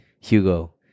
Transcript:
Hugo